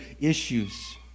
issues